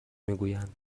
میگویند